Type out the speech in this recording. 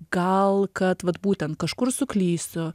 gal kad vat būtent kažkur suklysiu